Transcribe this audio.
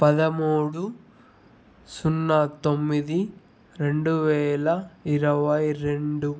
పదమూడు సున్నా తొమ్మిది రెండు వేల ఇరవై రెండు